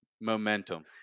Momentum